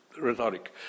rhetoric